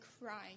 crying